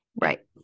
Right